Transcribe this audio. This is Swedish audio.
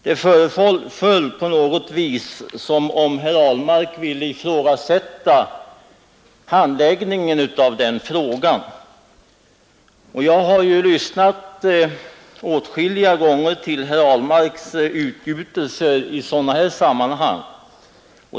Det föreföll på något vis som om herr Ahlmark ville ifrågasätta handläggningen av det ärendet. Jag har åtskilliga gånger lyssnat till herr Ahlmarks utgjutelser i sådana här sammanhang.